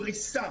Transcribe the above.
פריסה